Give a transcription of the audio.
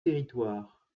territoires